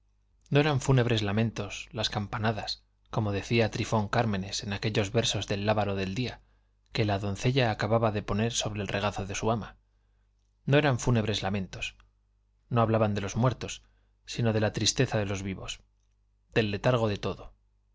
no eran fúnebres lamentos las campanadas como decía trifón cármenes en aquellos versos del lábaro del día que la doncella acababa de poner sobre el regazo de su ama no eran fúnebres lamentos no hablaban de los muertos sino de la tristeza de los vivos del letargo de todo